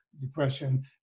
depression